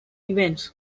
event